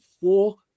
four